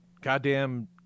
goddamn